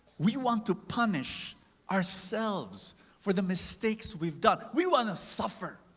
we want to punish ourselves for the mistakes we've done. we want to suffer.